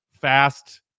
fast